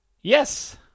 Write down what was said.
Yes